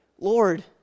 Lord